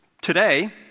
today